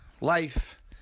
life